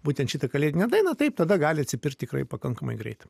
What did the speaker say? būtent šitą kalėdinę dainą taip tada gali atsipirkt tikrai pakankamai greitai